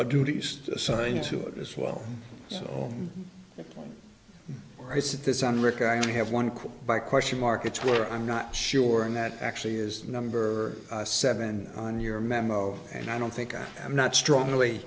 a duties assigned to it as well so i said this on rick i have one quote by question markets where i'm not sure and that actually is the number seven on your memo and i don't think i am not strongly